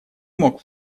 мог